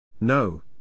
No